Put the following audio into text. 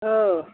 औ